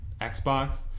Xbox